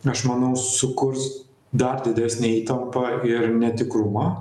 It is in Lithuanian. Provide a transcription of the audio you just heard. aš manau sukurs dar didesnę įtampą ir netikrumą